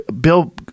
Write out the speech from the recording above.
bill